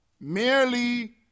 merely